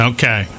Okay